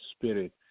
spirit